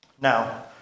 Now